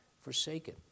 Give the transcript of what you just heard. forsaken